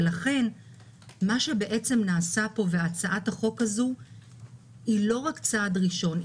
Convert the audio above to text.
לכן הצעת החוק הזאת היא לא רק צעד ראשון,